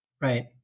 Right